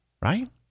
right